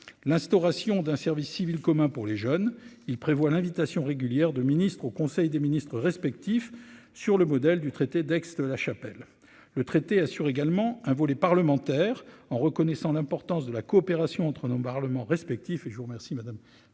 l'instauration d'un service civil commun pour les jeunes, il prévoit l'invitation régulière de ministres au conseil des ministres respectifs, sur le modèle du traité d'Aix-la-Chapelle le traité assure également un volet parlementaire en reconnaissant l'importance de la coopération entre nos parlements respectifs